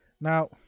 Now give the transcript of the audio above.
now